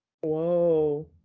Whoa